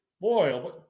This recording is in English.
Boy